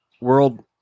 world